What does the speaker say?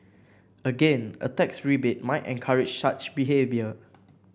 again a tax rebate might encourage such behaviour